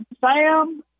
Sam